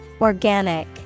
Organic